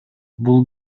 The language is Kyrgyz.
бул